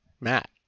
Matt